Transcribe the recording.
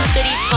City